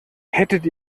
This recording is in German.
hättet